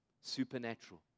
supernatural